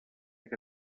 que